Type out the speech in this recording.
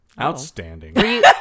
Outstanding